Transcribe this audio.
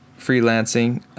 freelancing